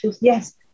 Yes